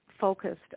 focused